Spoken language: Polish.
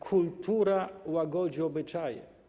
Kultura łagodzi obyczaje.